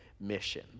mission